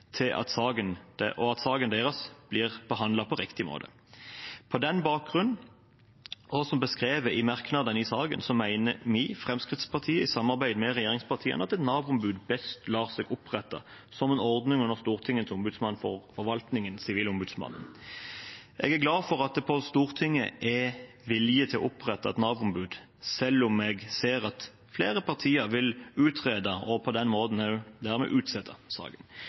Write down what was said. og at saken deres blir behandlet på riktig måte. På den bakgrunnen og som beskrevet i merknadene i saken mener vi, Fremskrittspartiet, i samarbeid med regjeringspartiene at et Nav-ombud best lar seg opprette som en ordning under Stortingets ombudsmann for forvaltningen, Sivilombudsmannen. Jeg er glad for at det på Stortinget er vilje til å opprette et Nav-ombud, selv om jeg ser at flere partier vil utrede og på den måten dermed også utsette saken.